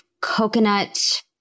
coconut